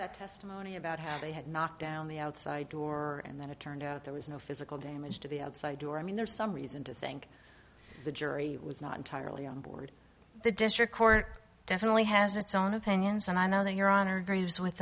that testimony about how they had knocked down the outside door and then it turned out there was no physical damage to the outside door i mean there's some reason to think the jury was not entirely on board the district court definitely has its own opinions and i know that your honor agrees with